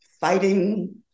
fighting